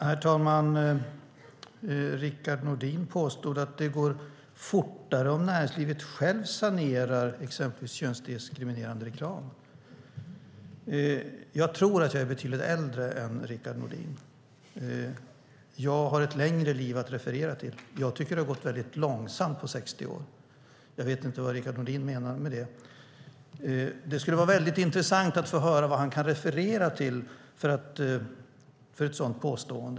Herr talman! Rickard Nordin påstod att det går fortare om näringslivet självt sanerar exempelvis könsdiskriminerande reklam. Jag tror att jag är betydligt äldre än Rickard Nordin. Jag har ett längre liv att referera till. Jag tycker att det har gått väldigt långsamt under de här 60 åren. Jag vet inte vad Rickard Nordin menar med detta. Det skulle vara väldigt intressant att få höra vad han kan referera till för att komma med ett sådant påstående.